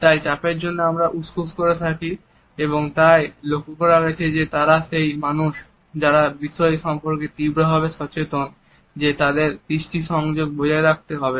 তাই চাপের জন্য আমরা উসখুস করে উঠি এবং তাই এটি লক্ষ্য করা গেছে যে তারা সেই মানুষ যারা এই বিষয় সর্ম্পকে তীব্রভাবে সচেতন যে তাদের দৃষ্টি সংযোগ বজায় রাখতে হবে